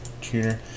Tuner